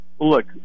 Look